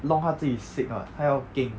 弄他自己 sick [what] 他要 keng